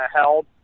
held